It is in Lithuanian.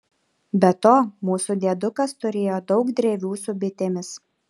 be to mūsų diedukas turėjo daug drevių su bitėmis